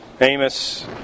Amos